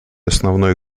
основной